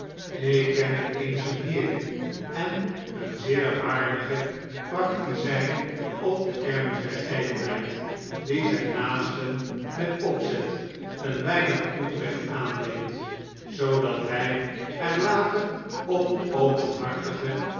eens een heer en een zeer waardige practizijn op de kermis der ijdelheid die zijn naasten met opzet een weinig onrecht aandeed zoodat hij er later op